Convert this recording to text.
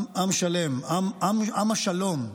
עם שלם, עם השלום.